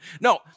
No